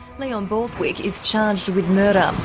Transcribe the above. leon borthwick is charged with murder. um